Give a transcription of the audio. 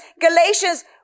Galatians